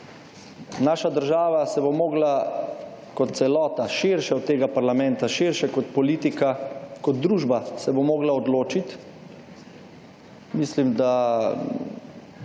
naša država se bo morala kot celota širše od tega parlamenta, širše kot politika, kot družba se bo morala odločiti, mislim da